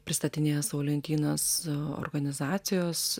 pristatinėja savo lentynas organizacijos